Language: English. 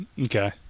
Okay